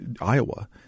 Iowa